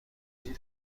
این